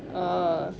uh